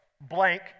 blank